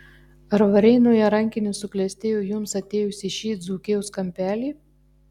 ar varėnoje rankinis suklestėjo jums atėjus į šį dzūkijos kampelį